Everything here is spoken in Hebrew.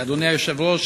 אדוני היושב-ראש,